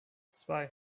zwei